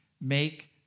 Make